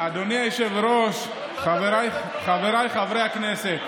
ואללה, תאמין לי, אתה יותר ציוני מציוני.